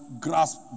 Grasp